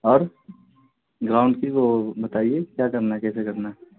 اور گراؤنڈ کی وہ بتائیے کیا کرنا ہے کیسے کرنا ہے